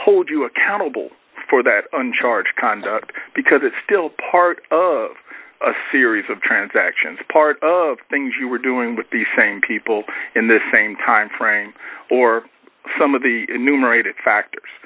hold you accountable for that and charge conduct because it's still part of a series of transactions part of things you were doing with the same people in the same timeframe or some of the enumerated factors